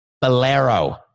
Bolero